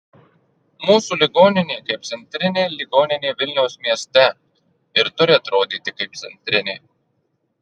mūsų ligoninė kaip centrinė ligoninė vilniaus mieste ir turi atrodyti kaip centrinė